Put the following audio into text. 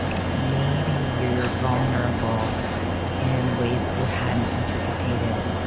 you know maybe you're you're vulnerable in ways that you hadn't anticipated,